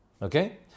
Okay